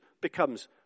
becomes